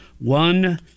One